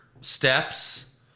steps